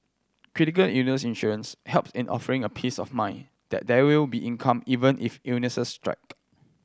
critical illness insurance help in offering a peace of mind that there will be income even if illnesses strike